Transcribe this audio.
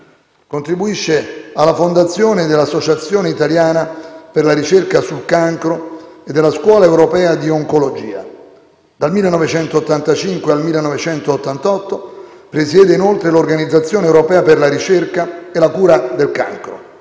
Contribuisce alla fondazione dell'Associazione italiana per la ricerca sul cancro e della Scuola europea di oncologia; dal 1985 al 1988 presiede inoltre l'Organizzazione europea per la ricerca e la cura del cancro.